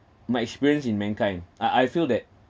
my experience in mankind ah I feel that